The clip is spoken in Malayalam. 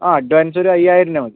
ആ അഡ്വാൻസ് ഒരു അയ്യായിരം രൂപ മതി